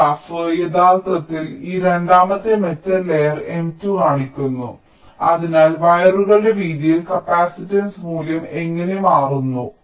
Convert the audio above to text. ഈ ഗ്രാഫ് യഥാർത്ഥത്തിൽ ഈ രണ്ടാമത്തെ മെറ്റൽ ലെയർ M2 കാണിക്കുന്നു അതിനാൽ വയറുകളുടെ വീതിയിൽ കപ്പാസിറ്റൻസ് മൂല്യം എങ്ങനെ മാറുന്നു